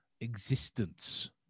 existence